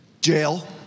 jail